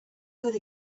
good